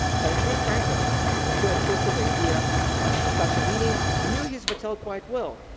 benjamin franklin who had put his idea for such a meeting knew his vattel quite well.